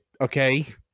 okay